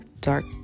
dark